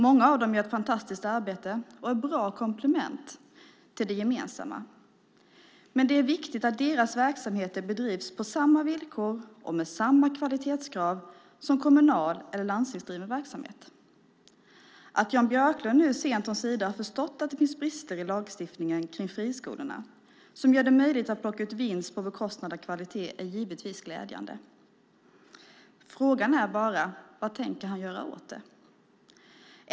Många av dem gör ett fantastiskt arbete och är bra komplement till det gemensamma. Men det är viktigt att deras verksamheter bedrivs på samma villkor och med samma kvalitetskrav som kommunalt driven eller landstingsdriven verksamhet. Att Jan Björklund nu sent omsider har förstått att det finns brister i lagstiftningen om friskolorna som gör det möjligt att plocka ut vinst på bekostnad av kvalitet är givetvis glädjande. Frågan är bara vad han tänker göra åt det.